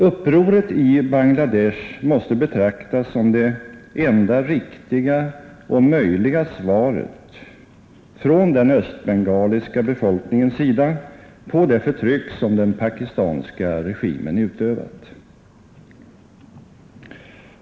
Upproret i Bangla Desh måste betraktas som det enda riktiga och möjliga svaret från den östbengaliska befolkningens sida på det förtryck som den pakistanska regimen utövat.